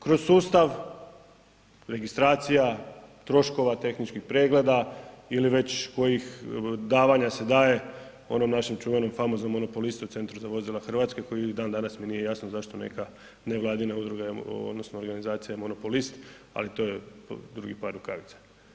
Kroz sustav registracija, troškova, tehničkih pregleda ili već kojih davanja se daje onom našem čuvenom, famoznom monopolistu Centru za vozila Hrvatske koji i dan danas mi nije jasno zašto neka nevladina udruga odnosno organizacija je monopolist, ali to je drugi par rukavica.